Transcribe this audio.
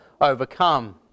overcome